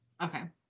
Okay